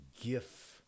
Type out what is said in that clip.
gift